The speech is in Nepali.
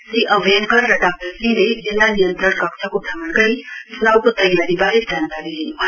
श्री अभयङ्कर र डाक्टर सिंहले जिल्ला नियन्त्रण कक्षको भ्रमण गरी च्नाउको तयारीबारे जानकारी लिनु भयो